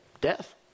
Death